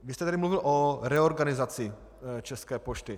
Vy jste tady mluvil o reorganizaci České pošty.